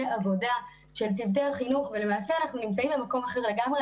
עבודה של צוותי החינוך ולמעשה אנחנו נמצאים במקום אחר לגמרי,